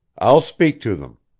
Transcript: i'll speak to them.